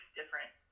different